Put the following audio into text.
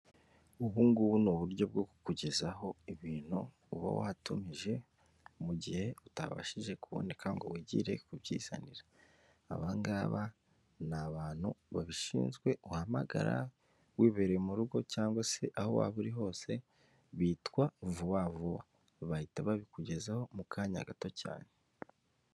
Ubu ngubu ni uburyo bwo kukugezaho ibintu uba watumije mu gihe utabashije kuboneka ngo wigire kubyizanira, aba ngaba ni abantu babishinzwe uhamagara wibereye mu rugo cyangwa se aho waba uri hose, bitwa vuba vuba bahita babikugezaho mu kanya gato cyane.